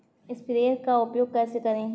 Sprayer का उपयोग कैसे करें?